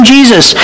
Jesus